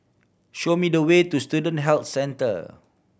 show me the way to Student Health Centre